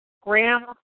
Graham